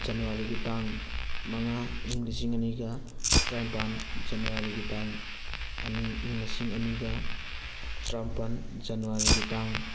ꯖꯅꯋꯥꯔꯤꯒꯤ ꯇꯥꯡ ꯃꯉꯥ ꯏꯪ ꯂꯤꯁꯤꯡ ꯑꯅꯤꯒ ꯇꯔꯥꯅꯤꯄꯥꯟ ꯖꯅꯋꯥꯔꯤꯒꯤ ꯇꯥꯡ ꯑꯅꯤ ꯏꯪ ꯂꯤꯁꯤꯡ ꯑꯅꯤꯒ ꯇꯔꯥꯃꯥꯄꯟ ꯖꯅꯋꯥꯔꯤꯒꯤ ꯇꯥꯡ